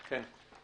2